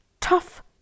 tough